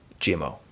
GMO